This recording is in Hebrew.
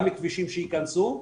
גם כבישים שיכנסו.